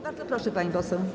Bardzo proszę, pani poseł.